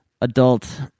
adult